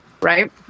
right